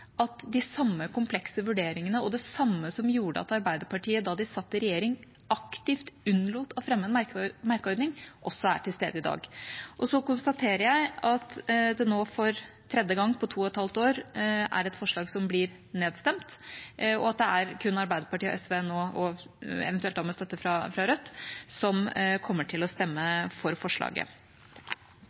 at de samme komplekse vurderingene og det samme som gjorde at Arbeiderpartiet aktivt unnlot å fremme en merkeordning da de satt i regjering, også er til stede i dag. Så konstaterer jeg at det nå for tredje gang på to og et halvt år er et forslag som blir nedstemt, og at det kun er Arbeiderpartiet og SV, eventuelt med støtte fra Rødt, som nå kommer til å stemme for forslaget.